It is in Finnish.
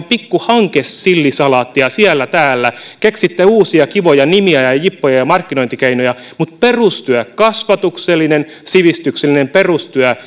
pikkuhankesillisalaattia siellä täällä keksitte uusia kivoja nimiä ja ja jippoja ja markkinointikeinoja mutta perustyöhön kasvatukselliseen sivistykselliseen perustyöhön